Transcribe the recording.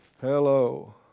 hello